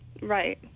Right